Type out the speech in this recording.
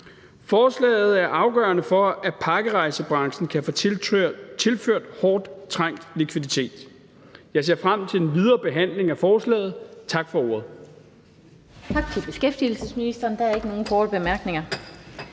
Forslaget er afgørende for, at pakkerejsebranchen kan få tilført hårdt tiltrængt likviditet. Jeg ser frem til den videre behandling af forslaget. Tak for ordet.